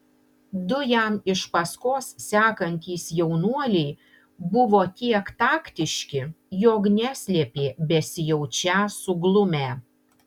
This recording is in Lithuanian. du jam iš paskos sekantys jaunuoliai buvo tiek taktiški jog neslėpė besijaučią suglumę